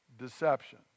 deception